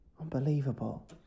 Unbelievable